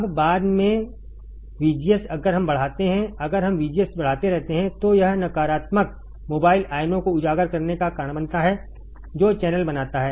अब बाद में VGS अगर हम बढ़ाते हैं अगर हम VGS बढ़ाते रहते हैं तो यह नकारात्मक मोबाइल आयनों को उजागर करने का कारण बनता है जो चैनल बनाता है